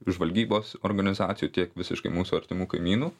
žvalgybos organizacijų tiek visiškai mūsų artimų kaimynų